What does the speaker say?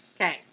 Okay